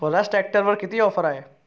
स्वराज ट्रॅक्टरवर किती ऑफर आहे?